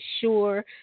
sure